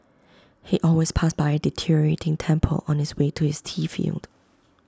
he always passed by A deteriorating temple on his way to his tea field